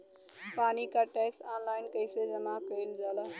पानी क tax online कईसे जमा कईल जाला?